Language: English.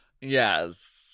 yes